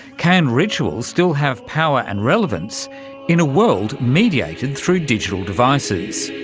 can rituals still have power and relevance in a world mediated through digital devices?